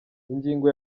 ingingo